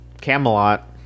Camelot